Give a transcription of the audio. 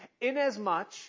inasmuch